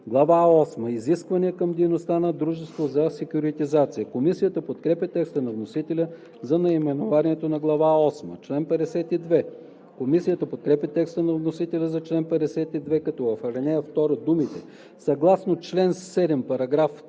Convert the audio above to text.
осма – Изисквания към дейността на дружество за секюритизация“. Комисията подкрепя текста на вносителя за наименованието на Глава осма. Комисията подкрепя текста на вносителя за чл. 52, като в ал. 2 думите „съгласно чл. 7, параграф 2,